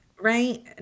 Right